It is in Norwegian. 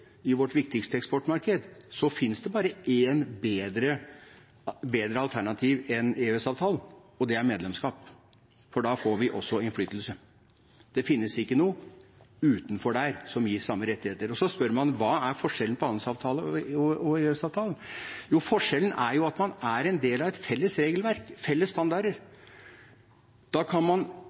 i vårt viktigste eksportmarked, så finnes det bare ett bedre alternativ enn EØS-avtalen, og det er medlemskap, for da får vi også innflytelse. Det finnes ikke noe utenfor der som gir samme rettigheter. Så spør man hva som er forskjellen på handelsavtale og EØS-avtale. Jo, forskjellen er at man er en del av et felles regelverk, felles standarder. Da kan man